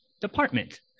Department